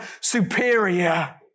superior